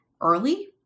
early